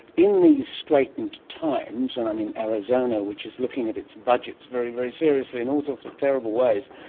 in these straightened times, and i'm in arizona which is looking at its budgets very, very seriously in all sorts of terrible ways,